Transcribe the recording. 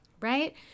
right